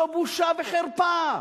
זו בושה וחרפה.